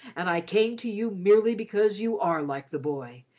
and i came to you merely because you are like the boy,